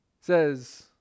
says